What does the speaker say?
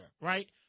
right